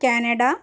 Canada